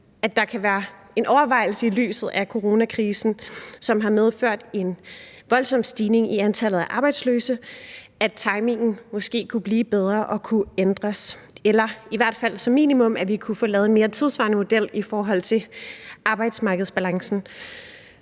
håber bare stadig, at der i lyset af coronakrisen, som har medført en voldsom stigning i antallet af arbejdsløse, kan ske en overvejelse i forhold til timingen, som måske kunne blive bedre og kunne ændres, eller at vi i hvert fald som minimum kan få lavet en mere tidssvarende model i forhold til arbejdsmarkedsbalancen,